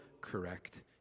correct